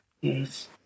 Yes